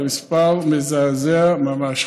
זה מספר מזעזע ממש,